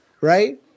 right